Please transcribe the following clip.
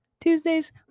tuesdays